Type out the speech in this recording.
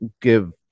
give